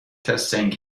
testing